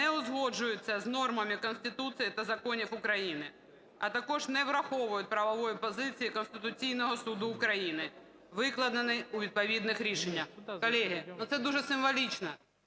не узгоджуються з нормами Конституції та законів України, а також не враховують правової позиції Конституційного Суду України, викладеної у відповідних рішеннях.". Колеги, це дуже символічно,